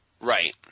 Right